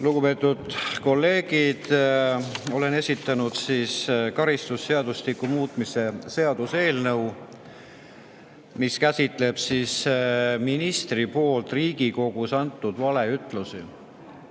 Lugupeetud kolleegid! Olen [algatanud] karistusseadustiku muutmise seaduse eelnõu, mis käsitleb ministri poolt Riigikogus antud valeütlusi.